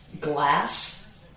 Glass